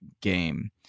game